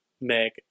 Meg